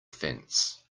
fence